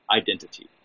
identity